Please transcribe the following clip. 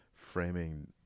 Framing